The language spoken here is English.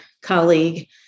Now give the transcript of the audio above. colleague